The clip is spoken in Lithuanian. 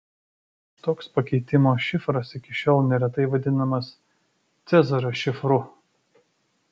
toks pakeitimo šifras iki šiol neretai vadinamas cezario šifru